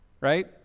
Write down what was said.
right